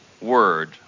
word